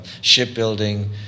shipbuilding